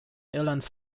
irlands